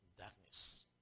darkness